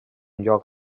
lloc